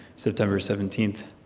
september seventeen.